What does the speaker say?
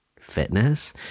fitness